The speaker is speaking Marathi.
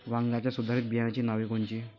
वांग्याच्या सुधारित बियाणांची नावे कोनची?